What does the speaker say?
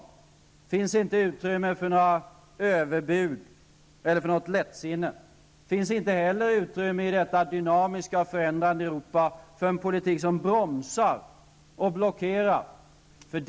Det finns inte utrymme för några överbud eller för något lättsinne. Det finns inte heller utrymme i detta dynamiska och förändrande Europa för en politik som bromsar och blockerar.